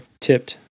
tipped